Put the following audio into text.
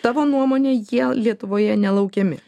tavo nuomone jie lietuvoje nelaukiami